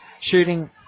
shooting